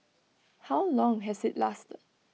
how long has IT lasted